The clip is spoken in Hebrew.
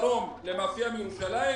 והדרום למאפייה בירושלים.